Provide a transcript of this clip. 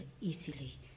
easily